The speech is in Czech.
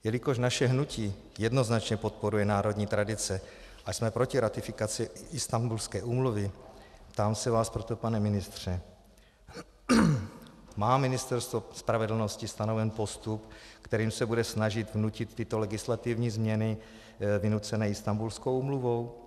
Jelikož naše hnutí jednoznačně podporuje národní tradice a jsme proti ratifikaci Istanbulské úmluvy, ptám se vás proto, pane ministře: Má Ministerstvo spravedlnosti stanoven postup, kterým se bude snažit vnutit tyto legislativní změny vynucené Istanbulskou úmluvou?